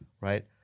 right